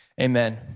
Amen